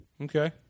Okay